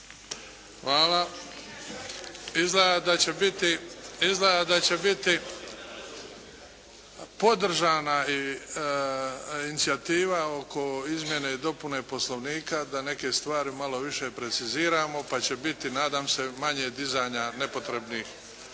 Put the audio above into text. Hvala. Izgleda da će biti, podržana inicijativa oko izmjene i dopune Poslovnika da neke stvari malo više preciziramo pa će biti nadam se manje dizanja nepotrebnih